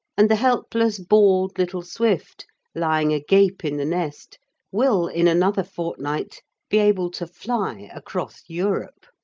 and the helpless bald little swift lying agape in the nest will in another fortnight be able to fly across europe.